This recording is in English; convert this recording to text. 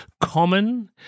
common